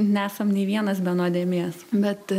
nesam nei vienas be nuodėmės bet